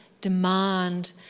demand